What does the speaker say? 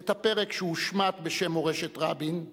את הפרק שהושמט בשם מורשת רבין,